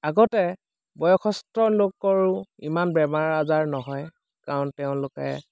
আগতে বয়সসস্থ লোকৰো ইমান বেমাৰ আজাৰ নহয় কাৰণ তেওঁলোকে